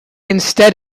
instead